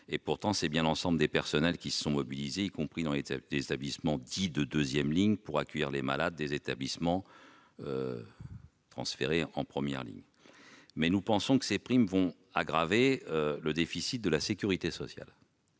Pourtant, c'est bien l'ensemble des personnels qui s'est mobilisé, y compris dans des établissements dits « de deuxième ligne », pour accueillir les malades transférés des établissements de première ligne. Surtout, ces primes vont aggraver le déficit de la sécurité sociale,